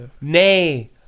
Nay